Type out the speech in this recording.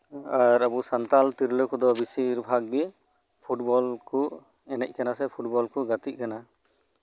ᱟᱨ ᱟᱵᱚ ᱥᱟᱱᱛᱟᱲ ᱛᱤᱨᱞᱟᱹ ᱠᱚᱫᱚ ᱵᱮᱥᱤᱨ ᱵᱷᱟᱜ ᱜᱮ ᱯᱷᱩᱴᱵᱚᱞ ᱠᱚ ᱮᱱᱮᱡ ᱠᱟᱥᱱᱟ ᱥᱮ ᱯᱷᱩᱴᱵᱚᱞ ᱠᱚ ᱜᱟᱛᱮᱜ ᱠᱟᱱᱟ